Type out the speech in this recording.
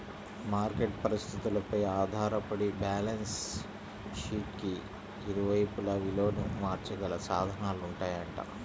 market పరిస్థితులపై ఆధారపడి balance షీట్కి ఇరువైపులా విలువను మార్చగల సాధనాలుంటాయంట